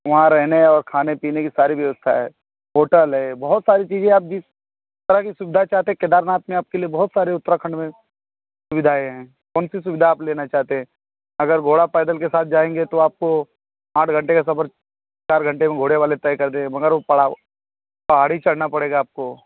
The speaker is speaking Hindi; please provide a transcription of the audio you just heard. वहाँ रहने और खाने पीने की सारी व्यवस्था है होटल है बहुत सारी चीज़ें आप जिस तरह की सुविधा चाहते हैं केदारनाथ में आपके बहुत सारे उत्तराखंड में सुविधाएँ हैं कौन सी सुविधा आप लेना चाहते हैं अगर घोड़ा पैदल के साथ जाएँगे तो आपको आठ घंटे का सफ़र चार घंटे में घोड़े वाले तो कर दें मगर वह पढ़ाव पार ही करना पड़ेगा आपको